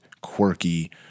quirky